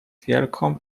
wielką